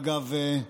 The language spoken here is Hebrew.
אגב,